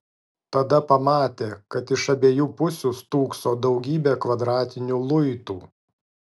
tada pamatė kad iš abiejų pusių stūkso daugybė kvadratinių luitų